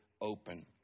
open